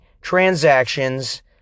transactions